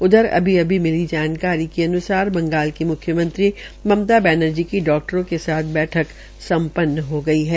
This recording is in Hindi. उधर अभी अभी मिली जानकारी के अन्सार बंगाल की म्ख्यमंत्री ममता बैनर्जी की डाक्टरों के साथ बैठक संपन्न हो गई है